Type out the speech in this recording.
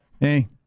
Hey